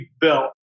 built